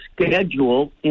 schedule